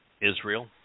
Israel